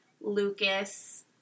Lucas